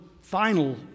final